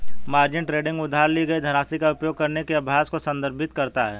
margin trading उधार ली गई धनराशि का उपयोग करने के अभ्यास को संदर्भित करता है